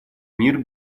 мир